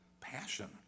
Passion